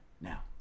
now